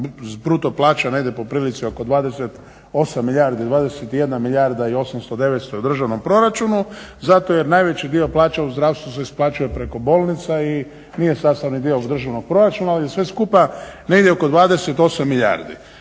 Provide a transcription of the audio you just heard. bruto plaća negdje po prilici oko 28 milijardi, 21 milijarda i 800, 900 u državnom proračunu, zato jer najveći dio plaća u zdravstvu se isplaćuje preko bolnica i nije sastavni dio državnog proračuna ali sve skupa negdje oko 28 milijardi.